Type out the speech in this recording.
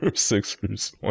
Sixers